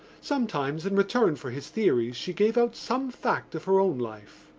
sometimes in return for his theories she gave out some fact of her own life.